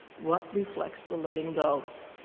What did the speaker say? what reflects the letting go?